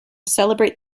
celebrate